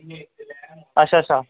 अच्छा अच्छा